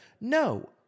No